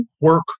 work